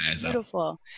beautiful